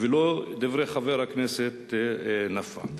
ולא דברי חבר הכנסת נפאע.